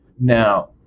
Now